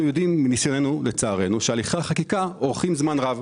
אנחנו יודעים שהליכי חקיקה אורכים זמן רב.